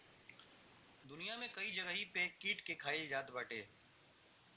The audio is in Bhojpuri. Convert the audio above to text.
दुनिया में कई जगही पे कीट के खाईल जात बाटे